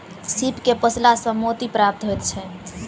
सीप के पोसला सॅ मोती प्राप्त होइत छै